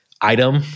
item